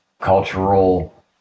cultural